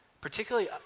particularly